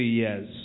years